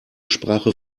sprache